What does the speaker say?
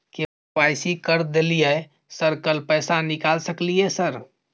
KYC कर दलियै sir कल पैसा निकाल सकलियै सर?